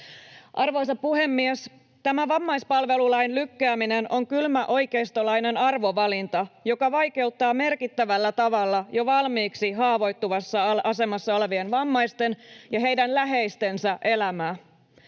Arvoisa puhemies! Tämä vammaispalvelulain lykkääminen on kylmä oikeistolainen arvovalinta, joka vaikeuttaa merkittävällä tavalla jo valmiiksi haavoittuvassa asemassa olevien vammaisten ja heidän läheistensä elämää.